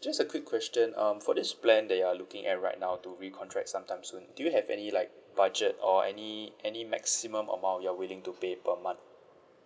just a quick question um for this plan that you are looking at right now to recontract sometime soon do you have any like budget or any any maximum amount you are willing to pay per month